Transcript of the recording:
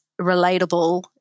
relatable